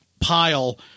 pile